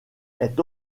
est